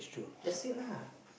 that's it lah